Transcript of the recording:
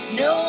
no